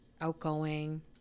outgoing